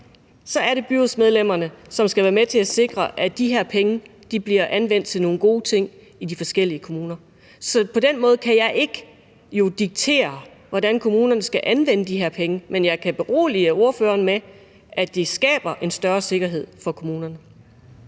så er det byrådsmedlemmerne, som skal være med til at sikre, at de her penge bliver anvendt til nogle gode ting i de forskellige kommuner. Så på den måde kan jeg jo ikke diktere, hvordan kommunerne skal anvende de her penge. Men jeg kan berolige ordføreren med, at det skaber en større sikkerhed for kommunerne.